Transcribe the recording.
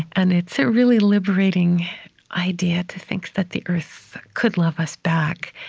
and it's a really liberating idea to think that the earth could love us back,